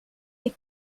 des